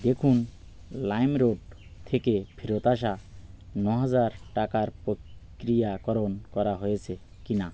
দেখুন লাইমরোড থেকে ফেরত আসা নহাজার টাকার প্রক্রিয়াকরণ করা হয়েছে কি না